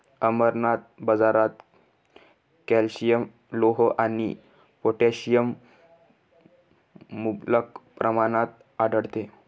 अमरनाथ, बाजारात कॅल्शियम, लोह आणि पोटॅशियम मुबलक प्रमाणात आढळते